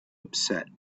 upset